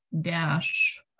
dash